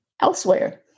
elsewhere